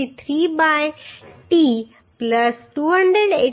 43 by t 285